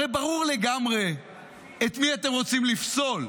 הרי ברור לגמרי את מי אתם רוצים לפסול.